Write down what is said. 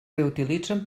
reutilitzen